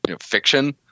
fiction